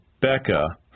Becca